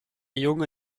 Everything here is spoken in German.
junge